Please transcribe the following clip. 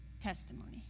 testimony